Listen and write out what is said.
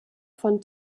von